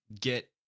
get